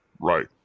Right